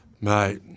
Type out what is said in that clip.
Mate